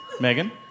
Megan